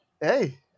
hey